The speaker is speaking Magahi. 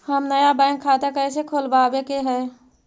हम नया बैंक खाता कैसे खोलबाबे के है?